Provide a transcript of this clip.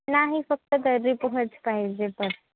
नाही फक्त तर्री पोहेच पाहिजे तर